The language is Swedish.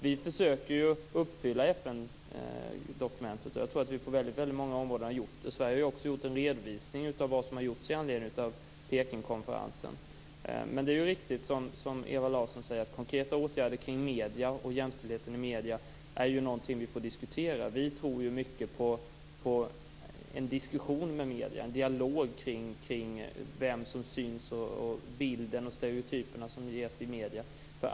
Vi försöker att uppfylla FN-dokumentet, och jag tror att vi på väldigt många områden har gjort det. Sverige har också gjort en redovisning av vad som har gjorts med anledning av Pekingkonferensen. Det är dock riktigt som Ewa Larsson säger: Konkreta åtgärder kring medierna och jämställdheten i medierna är någonting som vi får diskutera. Vi tror mycket på en diskussion med medierna, en dialog kring vem som syns och de bilder och stereotyper som ges i medierna.